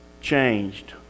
changed